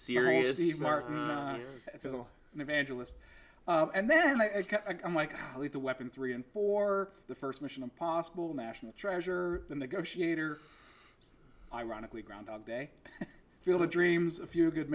serious even martin evangelist and then i'm like lethal weapon three and for the first mission impossible national treasure the negotiator ironically groundhog day field of dreams if you're a good